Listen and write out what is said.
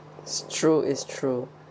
it's true it's true